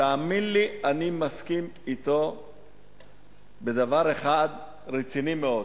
תאמין לי, אני מסכים אתו בדבר אחד רציני מאוד,